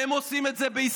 הם עושים את זה בישראל.